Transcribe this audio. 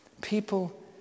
People